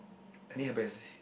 clear by yesterday